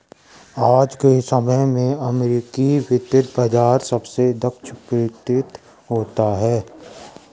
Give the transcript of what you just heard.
आज के समय में अमेरिकी वित्त बाजार सबसे दक्ष प्रतीत होता है